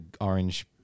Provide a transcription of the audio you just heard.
orange